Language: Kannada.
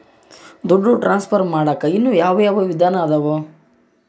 ದುಡ್ಡು ಟ್ರಾನ್ಸ್ಫರ್ ಮಾಡಾಕ ಇನ್ನೂ ಯಾವ ಯಾವ ವಿಧಾನ ಅದವು?